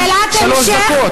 זאת שאלת המשך.